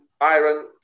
iron